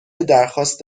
درخواست